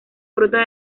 brota